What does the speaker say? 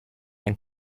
and